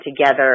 together